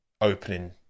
opening